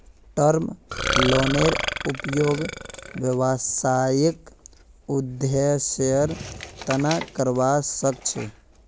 term लोनेर उपयोग व्यावसायिक उद्देश्येर तना करावा सख छी